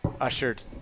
ushered